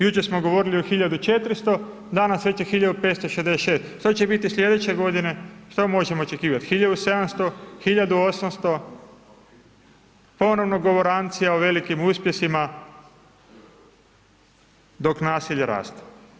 Jučer smo govorili o 1400, danas već je 1566 što će biti sljedeće godine, što možemo očekivati 1700, 1800. ponovno govorancija o velikim uspjesima, dok nasilje raste.